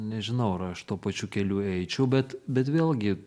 nežinau ar aš tuo pačiu keliu eičiau bet bet vėlgi